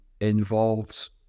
involves